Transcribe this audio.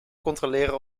controleren